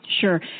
sure